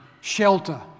shelter